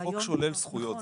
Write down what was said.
החוק שולל זכויות,